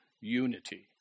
unity